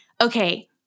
okay